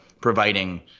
providing